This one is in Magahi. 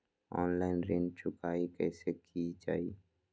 ऑनलाइन ऋण चुकाई कईसे की ञाई?